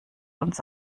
uns